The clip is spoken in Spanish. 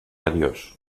adiós